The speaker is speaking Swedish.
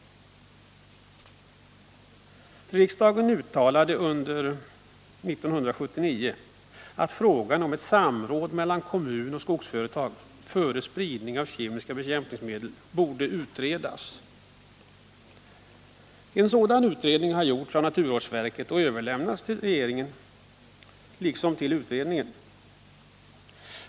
Riksdagen uttalade under 1979 att frågan om ett samråd mellan kommun och skogsföretag före spridning av kemiska bekämpningsmedel borde utredas. En sådan utredning har gjorts av naturvårdsverket och överlämnats till såväl regeringen som utredningen.